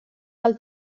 del